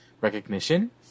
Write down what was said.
recognition